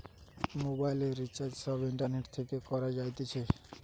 মোবাইলের রিচার্জ সব ইন্টারনেট থেকে করা যাইতেছে